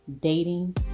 dating